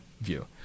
view